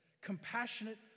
compassionate